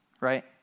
right